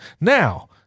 now